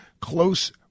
close